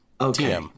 Okay